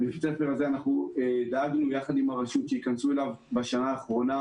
בבית הספר הזה דאגנו ביחד עם הרשות שייכנסו אליו השנה 38